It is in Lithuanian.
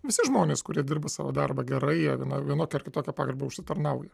visi žmonės kurie dirba savo darbą gerai jie na vienokią ar kitokią pagarbą užsitarnauja